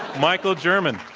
michael german.